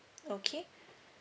okay